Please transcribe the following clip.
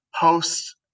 post